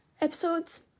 episodes